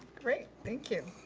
great, thank you.